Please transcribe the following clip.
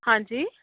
ਹਾਂਜੀ